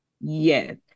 yes